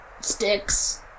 sticks